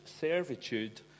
servitude